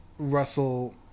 russell